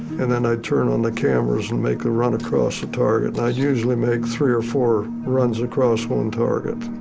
and then i'd turn on the cameras and make a run across the target. and i'd usually make three or four runs across one target.